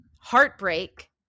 heartbreak